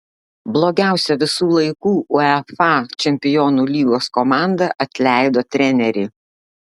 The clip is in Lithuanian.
blogiausia visų laikų uefa čempionų lygos komanda atleido trenerį